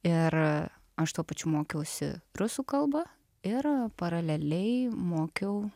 ir aš tuo pačiu mokiausi rusų kalba ir paraleliai mokiau